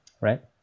right